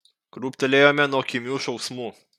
krūptelėjome nuo kimių šauksmų